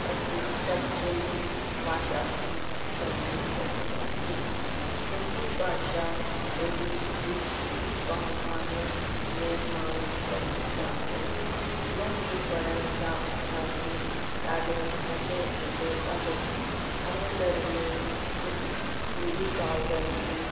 असी सभु सिंधी भाषा खे समुझी सघंदासीं सिंधी भाषा हेॾी ॾुखी बि कोन आहे जीअं माण्हूं समुझींदा आहिनि हिन खे पढ़ण सां असां खे ॾाढो मज़ो ईंदो आहे हर घर में सि सिंधी भाउरनि खे